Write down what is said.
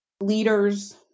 leaders